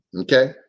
Okay